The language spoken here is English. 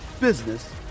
business